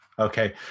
Okay